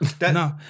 No